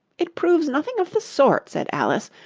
it proves nothing of the sort said alice.